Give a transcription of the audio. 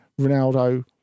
Ronaldo